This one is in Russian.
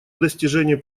достижении